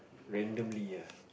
randomly ah